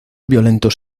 violentos